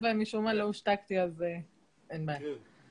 היום בחוק הסנקציה זה בערך 50,000 או 60,000 שקל,